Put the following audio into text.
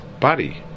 body